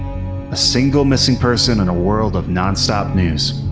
a single missing person in a world of non-stop news.